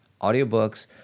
audiobooks